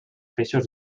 peixos